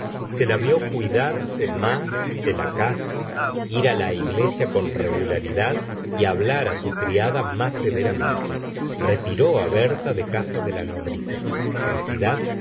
se la vi cuidarse más de la casa ir la iglesia con regularidad y hablar á su criada más severamente retiró berta de casa de la nodriza felicidad